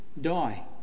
die